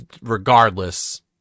regardless